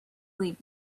leave